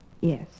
Yes